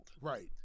Right